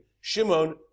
Shimon